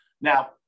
Now